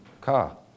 car